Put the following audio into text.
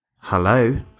Hello